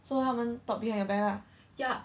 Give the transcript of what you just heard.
so 他们 talk behind your back lah